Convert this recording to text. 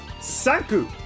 Sanku